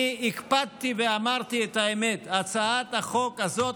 אני הקפדתי ואמרתי את האמת: הצעת החוק הזאת